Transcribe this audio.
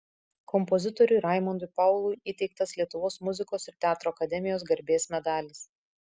kompozitoriui raimondui paului įteiktas lietuvos muzikos ir teatro akademijos garbės medalis